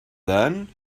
then